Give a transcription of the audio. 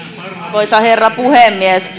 arvoisa herra puhemies